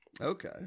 Okay